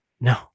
No